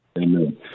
Amen